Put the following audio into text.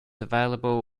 available